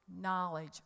knowledge